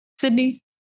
Sydney